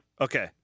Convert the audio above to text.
Okay